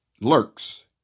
lurks